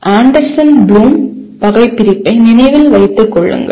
Anderson Bloom வகைபிரிப்பை நினைவில் வைத்துக் கொள்ளுங்கள்